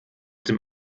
dem